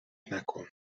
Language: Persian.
نکن